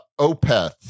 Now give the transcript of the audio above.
Opeth